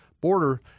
border